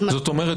זאת אומרת